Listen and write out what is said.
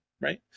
Right